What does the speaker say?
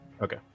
Okay